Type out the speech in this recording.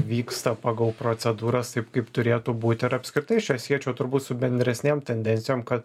vyksta pagal procedūras taip kaip turėtų būti ir apskritai aš ją siečiau turbūt su bendresnėm tendencijom kad